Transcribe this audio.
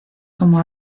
como